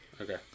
Okay